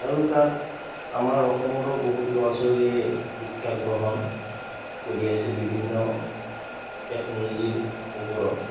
আৰু তাত আমাৰ অসমৰো বহুত ল'ৰা ছোৱালীয়ে শিক্ষা গ্ৰহণ কৰিল আছে বিভিন্ন টেকন'লজিৰ ওপৰত